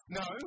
no